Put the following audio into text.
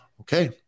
Okay